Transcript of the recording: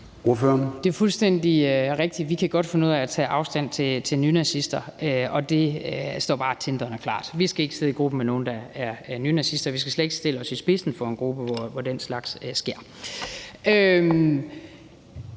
Det er fuldstændig rigtigt, at vi godt kan finde ud af at tage afstand fra nynazister, og det står bare tindrende klart. Vi skal ikke sidde i gruppe med nogen, der er nynazister; vi skal slet ikke stille os i spidsen for en gruppe, hvor den slags sker.